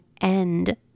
end